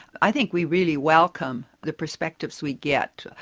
i think we really welcome the perspectives we get.